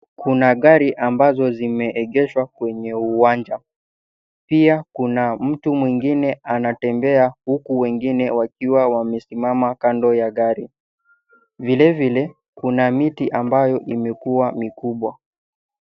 Kuna gari ambazo zimeegeshwa kwenye uwanja, pia kuna mtu mwingine anatembea huku wengine wakiwa wamesimama kando ya gari. Vilevile kuna miti ambayo imekuwa mikubwa.